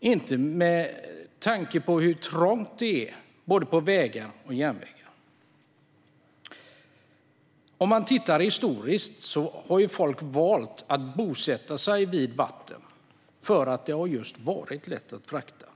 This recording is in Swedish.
inte minst med tanke på hur trångt det är på vägar och järnvägar. Historiskt har folk valt att bosätta sig vid vatten, just för att det har varit lätt att frakta.